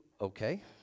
okay